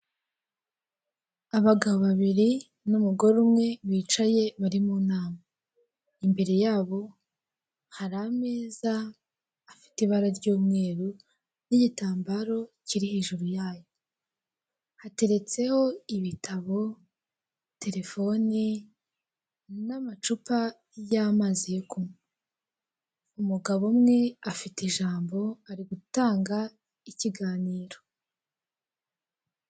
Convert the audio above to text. Aba ni abayobozi bari mu nama. Hari umwe wambaye imyenda y'igipolisi ufite n'ibendera ryabo ku kuboko kw'ibumoso, afite n'ibirango by'umupolisi mukuru, n'abandi bagabo batatu umwe muri bo afite mudasobwa.